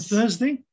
Thursday